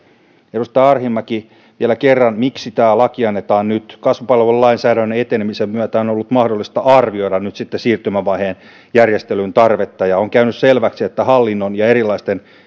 edustaja arhinmäki vielä kerran miksi tämä laki annetaan nyt kasvupalvelulainsäädännön etenemisen myötä on ollut mahdollista arvioida siirtymävaiheen järjestelyn tarvetta ja on käynyt selväksi että hallinnon ja erilaisten